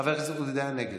חבר הכנסת עוזי דיין, נגד.